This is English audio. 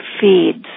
feeds